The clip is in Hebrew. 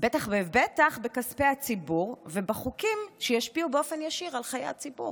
בטח ובטח בכספי הציבור ובחוקים שישפיעו באופן ישיר על חיי הציבור.